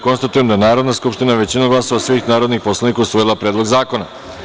Konstatujem da je Narodna skupština, većinom glasova svih narodnih poslanika, usvojila Predlog zakona.